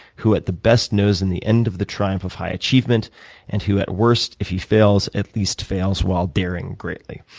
who at the best knows in the end of the triumph of high achievement and who at worst, if he fails, at least fails while daring greatly.